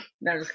no